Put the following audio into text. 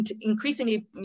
increasingly